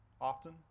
often